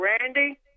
Randy